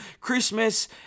Christmas